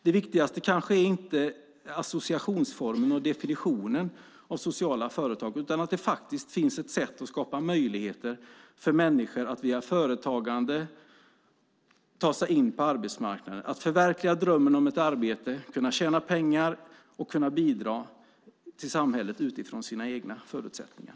Det viktigaste kanske inte är associationsformen och definitionen av sociala företag, utan att det finns ett sätt att skapa möjligheter för människor att via företagande ta sig in på arbetsmarknaden, att förverkliga drömmen om ett arbete, att kunna tjäna pengar och att kunna bidra till samhället utifrån sina egna förutsättningar.